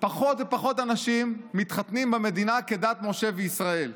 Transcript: פחות ופחות אנשים מתחתנים במדינה כדת משה וישראל,